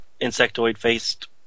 insectoid-faced